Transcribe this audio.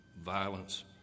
violence